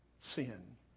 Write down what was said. Sin